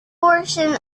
portion